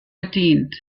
bedient